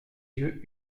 yeux